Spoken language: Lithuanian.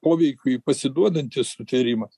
poveikiui pasiduodantis sutvėrimas